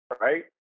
right